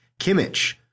Kimmich